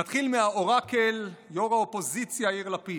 נתחיל מהאורקל, יו"ר האופוזיציה יאיר לפיד: